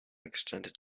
extended